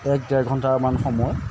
এক ডেৰ ঘণ্টামান সময়ত